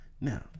now